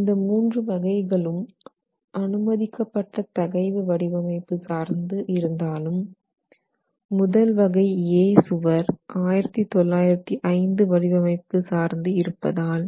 இந்த மூன்று வகைகளும் அனுமதிக்கப்பட்ட தகைவு வடிவமைப்பு சார்ந்து இருந்தாலும் முதல் வகை A சுவர் 1905 வடிவமைப்பு சார்ந்து இருப்பதால்